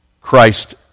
Christ